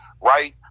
Right